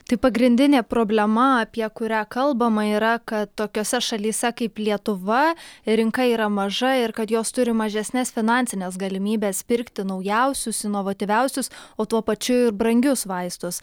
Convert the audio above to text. tai pagrindinė problema apie kurią kalbama yra kad tokiose šalyse kaip lietuva rinka yra maža ir kad jos turi mažesnes finansines galimybes pirkti naujausius inovatyviausius o tuo pačiu ir brangius vaistus